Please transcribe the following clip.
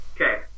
Okay